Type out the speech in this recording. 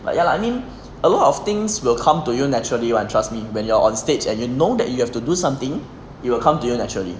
but ya lah I mean a lot of things will come to you naturally one trust me when you're on stage and you know that you have to do something it will come to you naturally